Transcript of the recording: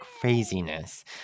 Craziness